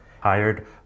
hired